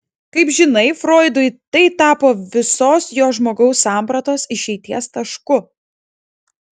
kaip žinai froidui tai tapo visos jo žmogaus sampratos išeities tašku